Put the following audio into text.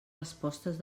respostes